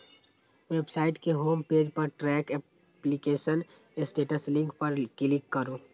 website के home page पर track application status link पर क्लिक करू